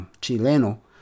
chileno